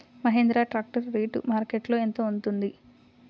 Mahindra tractor rate మార్కెట్లో యెంత ఉంటుంది?